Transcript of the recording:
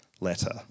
letter